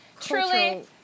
truly